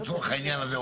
לצורך העניין הזה,